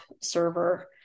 server